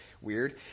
weird